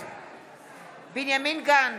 בעד בנימין גנץ,